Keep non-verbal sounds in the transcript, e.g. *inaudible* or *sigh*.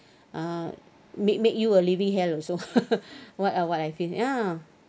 uh make make you a living hell also *laughs* what I what I feel ya